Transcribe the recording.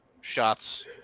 shots